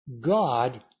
God